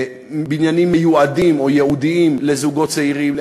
בניינים מיועדים או ייעודיים לזוגות צעירים,